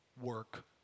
work